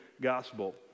Gospel